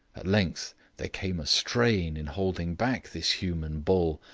at length there came a strain in holding back this human bull,